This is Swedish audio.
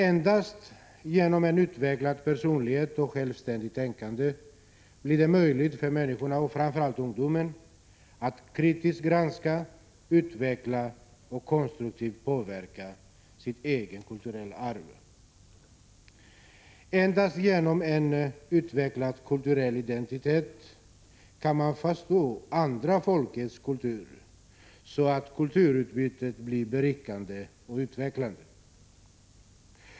Endast genom en utvecklad personlighet och självständigt tänkande blir det möjligt för människorna — framför allt ungdomen — att kritiskt granska, utveckla och konstruktivt påverka sitt eget kulturarv. Endast genom en 15 utvecklad kulturell identitet kan man förstå andra folks kultur, så att kulturutbytet blir berikande och utvecklande.